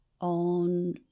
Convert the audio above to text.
on